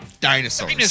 dinosaurs